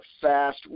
fast